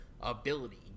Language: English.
ability